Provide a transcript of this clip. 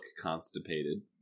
constipated